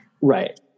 Right